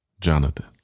Jonathan